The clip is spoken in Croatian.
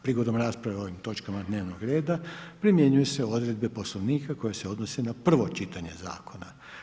Prigodom rasprave o ovim točkama dnevnoga reda primjenjuju se odredbe Poslovnika koje se odnose na prvo čitanje zakona.